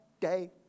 day